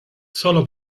solo